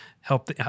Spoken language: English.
Help